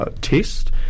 test